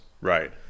Right